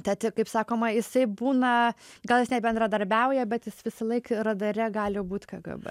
tad kaip sakoma jisai būna gal jis nebendradarbiauja bet jis visąlaik radare gali būt kgb